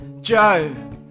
Joe